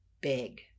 big